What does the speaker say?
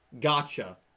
gotcha